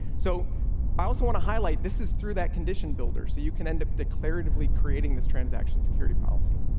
so i also want to highlight this is through that condition builder so you can end up declare a tiddly creating this transaction security policy.